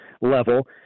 level